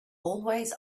always